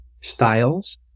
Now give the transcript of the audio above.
styles